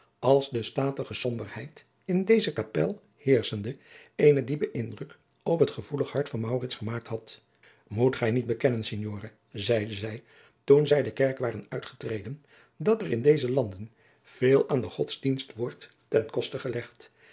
als de statige somberheid in deze kapel heerschende eenen diepen indruk op het gevoelig hart van maurits gemaakt had moet gij niet bekennen signore zeide zij toen zij de kerk waren uitgetreden dat er in deze landen veel aan den godsdienst wordt ten koste gelegd